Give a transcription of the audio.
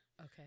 Okay